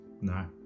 no